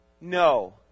No